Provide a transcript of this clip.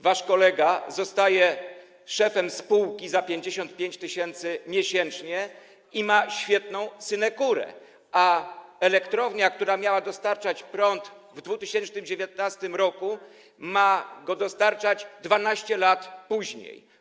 Wasz kolega został szefem spółki, zarabiał 55 tys. zł miesięcznie i miał świetną synekurę, a elektrownia, która miała dostarczać prąd w 2019 r., ma go dostarczać 12 lat później.